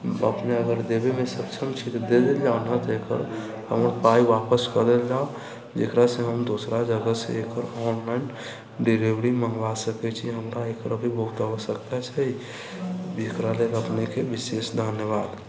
अपने अगर देबयमे सक्षम छी तऽ दऽ देल जाउ नहि तऽ एकर हमर पाइ वापस कऽ देल जाउ जकरासँ हम दोसरा जगहसँ एकर ऑनलाइन डिलेवरी मङ्गबा सकै छी हमरा एकर अभी बहुत आवश्यकता छै जकरा लेल अपनेकेँ विशेष धन्यवाद